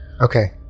Okay